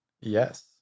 Yes